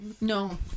no